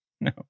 No